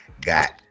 got